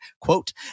quote